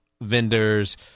vendors